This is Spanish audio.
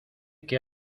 que